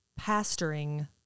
pastoring